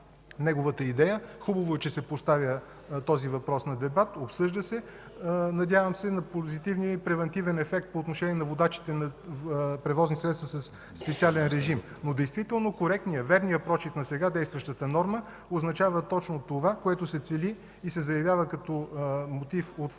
Хубаво е, че този въпрос се поставя на дебат, обсъжда се. Надявам се на позитивния и превантивен ефект по отношение на водачите на превозни средства със специален режим, но действително коректният, верният прочит на сега действащата норма означава точно това, което се цели и се заявява като мотив от вносителите,